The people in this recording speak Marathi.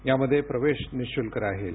यामध्ये प्रवेश निःशुल्क राहील